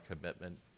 commitment